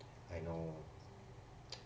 I know